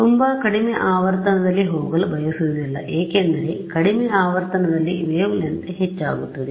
ತುಂಬಾ ಕಡಿಮೆ ಆವರ್ತನದಲ್ಲಿ ಹೋಗಲು ಬಯಸುವುದಿಲ್ಲ ಏಕೆಂದರೆ ಕಡಿಮೆ ಆವರ್ತನದಲ್ಲಿ ವೇವ್ ಲೆಂತ್ ಹೆಚ್ಚಾಗುತ್ತದೆ